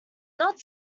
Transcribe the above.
not